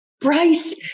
Bryce